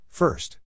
First